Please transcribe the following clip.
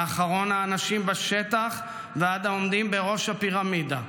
מאחרון האנשים בשטח ועד העומדים בראש הפירמידה,